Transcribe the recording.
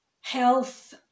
health